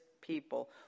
people